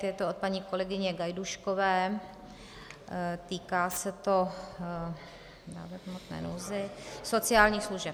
Je to od paní kolegyně Gajdůškové, týká se to sociálních služeb.